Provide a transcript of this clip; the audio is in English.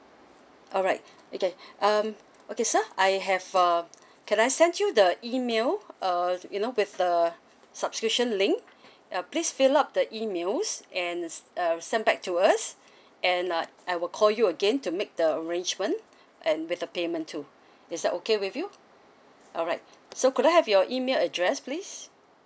alright okay um okay sir I have uh can I sent you the email uh you know with the subscription link ya please fill up the emails and is uh send back to us and uh I will call you again to make the arrangement and with the payment too is that okay with you alright so could I have your email address please